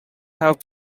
have